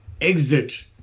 exit